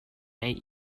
eight